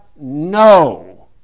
no